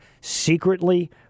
secretly